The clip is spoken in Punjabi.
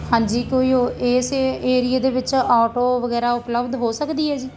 ਹਾਂਜੀ ਕੋਈ ਉਹ ਇਸੇ ਏਰੀਏ ਦੇ ਵਿੱਚ ਆਟੋ ਵਗੈਰਾ ਉਪਲਬਧ ਹੋ ਸਕਦੀ ਹੈ ਜੀ